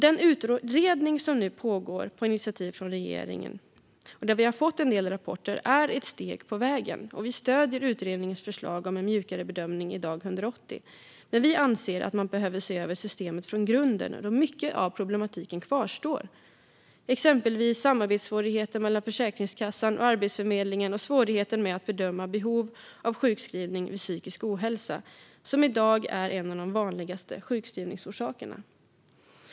Den utredning som nu pågår på initiativ från regeringen, och där vi fått en del rapporter, är ett steg på vägen. Vi stöder utredningens förslag om en mjukare bedömning vid dag 180. Men vi anser att man behöver se över systemet från grunden då mycket av problematiken kvarstår. Det gäller exempelvis samarbetssvårigheter mellan Försäkringskassan och Arbetsförmedlingen och svårigheten med att bedöma behov av sjukskrivning vid psykisk ohälsa, som i dag är en av de vanligaste sjukskrivningsorsakerna.